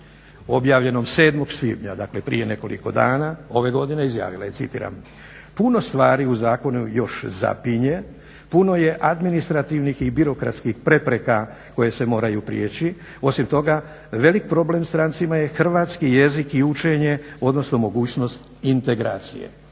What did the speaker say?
objavljenog 7. svibnja, dakle prije nekoliko dana, ove godine izjavila je citiram: "Puno stvari u zakonu još zapinje, puno je administrativnih i birokratskih prepreka koje se moraju prijeći. Osim toga velik problem strancima je hrvatski jezik i učenje, odnosno mogućnost integracije.".